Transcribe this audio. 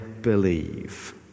believe